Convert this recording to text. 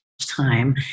time